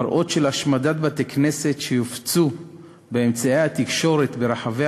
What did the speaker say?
מראות של השמדת בתי-כנסת שיופצו באמצעי התקשורת ברחבי